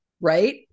Right